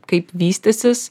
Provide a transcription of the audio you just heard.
kaip vystysis